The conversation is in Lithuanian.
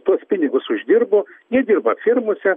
tuos pinigus uždirbo jie dirba firmose